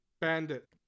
Bandit